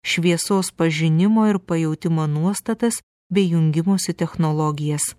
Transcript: šviesos pažinimo ir pajautimo nuostatas bei jungimosi technologijas